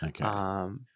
Okay